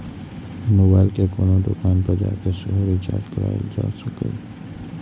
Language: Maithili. मोबाइल कें कोनो दोकान पर जाके सेहो रिचार्ज कराएल जा सकैए